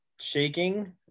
shaking